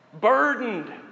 burdened